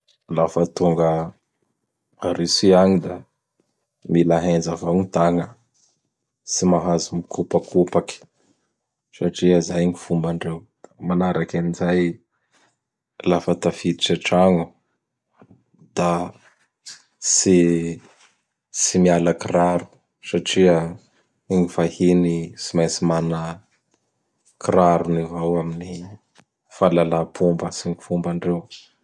Lafa tonga a Russie agny da mila ahenja avao gny tagna, tsy mahazo mikopakopaky satria zay gny fombandreo. Manaraky an'izay, lafa tafiditsy atragno da ts tsy miala kiraro satria ny vahiny tsy maintsy mana kirarony avao amin'ny fahalala-pomba sy n fombandreo.